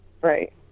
Right